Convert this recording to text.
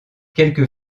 quelque